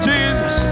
Jesus